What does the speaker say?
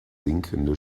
sinkende